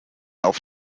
auf